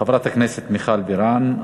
חברת הכנסת מיכל בירן.